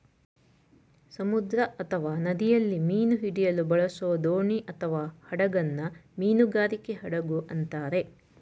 ಸಮುದ್ರ ಅಥವಾ ನದಿಯಲ್ಲಿ ಮೀನು ಹಿಡಿಯಲು ಬಳಸೋದೋಣಿಅಥವಾಹಡಗನ್ನ ಮೀನುಗಾರಿಕೆ ಹಡಗು ಅಂತಾರೆ